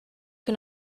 can